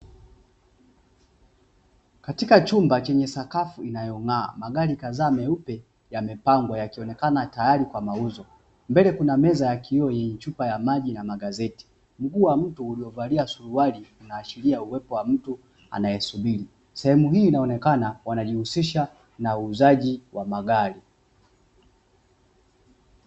Katika chumba chenye sakafu inayong'aa, magari kadhaa meupe yamepangwa yakionekana tayari kwa mauzo, mbele kuna meza ya kioo yenye chupa ya maji na magazeti, mguu wa mtu uliovalia suruali unaashiria uwepo wa mtu anayesubiri, sehemu hii wanaonekana ku wajihusisha na uuzaji wa magari.